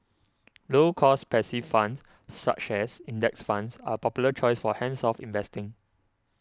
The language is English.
low cost passive funds such as index funds are popular choice for hands off investing